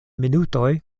minutoj